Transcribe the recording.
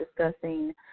discussing